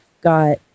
got